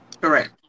correct